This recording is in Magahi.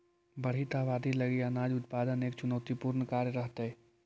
बढ़ित आबादी लगी अनाज उत्पादन एक चुनौतीपूर्ण कार्य रहेतइ